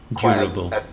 Durable